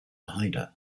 hyder